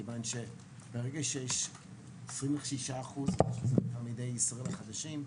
מכיוון שברגע שיש 26% תלמידי ישראל חדשים,